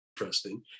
interesting